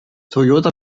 toyota